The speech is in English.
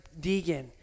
Deegan